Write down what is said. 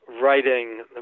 writing